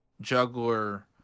Juggler